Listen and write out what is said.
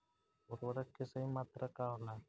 उर्वरक के सही मात्रा का होला?